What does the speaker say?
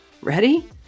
ready